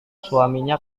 suaminya